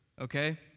okay